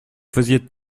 faisiez